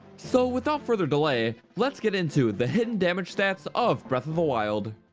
so without further delay, lets get into the hidden damage stats of breath of the wild.